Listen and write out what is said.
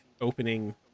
opening